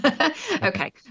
Okay